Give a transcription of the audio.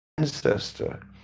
ancestor